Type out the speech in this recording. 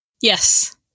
Yes